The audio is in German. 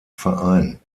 verein